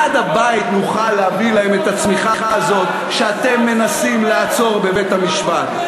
עד הבית נוכל להביא להם את הצמיחה הזו שאתם מנסים לעצור בבית-המשפט.